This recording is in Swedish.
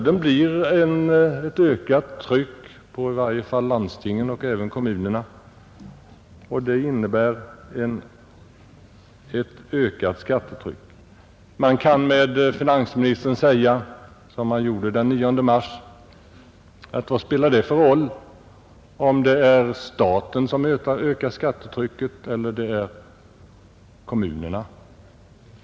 Den blir ett ökat kostnadstryck på i varje fall landstingen men även kommunerna, och det innebär ett ökat skattetryck. Man kan med finansministern säga, som han gjorde den 9 mars: Vad spelar det för roll om det är staten som ökar skattetrycket eller om det är kommunerna?